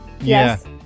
Yes